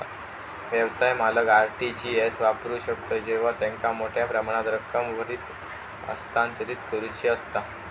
व्यवसाय मालक RTGS वापरू शकतत जेव्हा त्यांका मोठ्यो प्रमाणात रक्कम त्वरित हस्तांतरित करुची असता